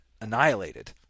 Annihilated